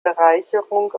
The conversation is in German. bereicherung